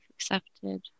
accepted